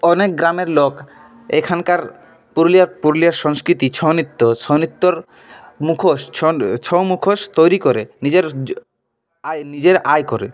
অনেক গ্রামের লোক এখানকার পুরুলিয়ার পুরুলিয়ার সংস্কৃতি ছৌ নৃত্য ছৌ নৃত্যর মুখোশ ছৌ ছৌ মুখোশ তৈরি করে নিজের আয় নিজের আয় করে